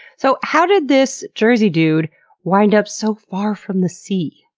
so how did this jersey dude wind up so far from the sea?